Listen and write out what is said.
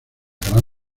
gran